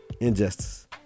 injustice